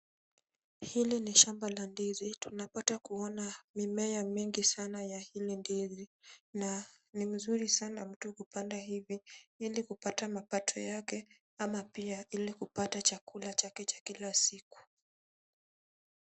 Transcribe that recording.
Hili ni shamba la ndizi. Tunapata kuona mimea mingi sana ya hili ndizi na ni mzuri sana mtu kupanda hivi ili kupata mapato yake ama pia ile kupata chakula chake cha kila siku.